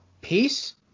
peace